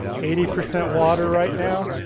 eighty percent water right now.